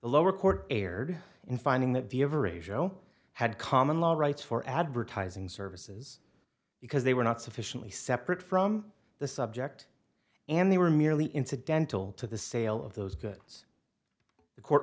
lower court erred in finding that view every show had common law rights for advertising services because they were not sufficiently separate from the subject and they were merely incidental to the sale of those goods the court